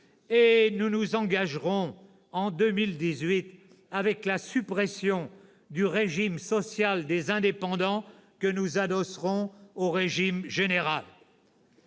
et nous engagerons en 2018 la suppression du régime social des indépendants, que nous adosserons au régime général.